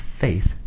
faith